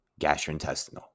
gastrointestinal